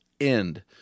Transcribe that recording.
End